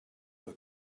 for